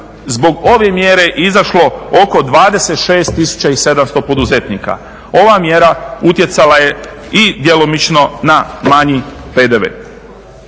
zbog ove mjere izašlo oko 26 tisuća i 700 tisuća poduzetnika. Ovaj mjera utjecala je i djelomično na manji PDV.